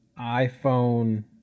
iPhone